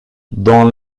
dans